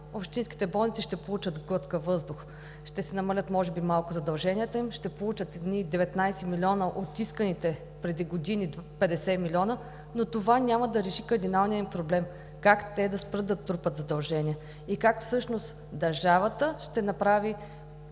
общинските болници ще получат глътка въздух, ще се намалят може би малко задълженията им, ще получат едни 19 милиона от исканите преди години 50 милиона, но това няма да реши кардиналния им проблем как те да спрат да трупат задължения и как всъщност държавата ще направи